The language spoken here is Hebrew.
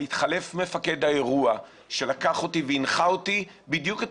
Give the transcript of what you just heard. התחלף מפקד האירוע שלקח אותי והנחה אותי בדיוק את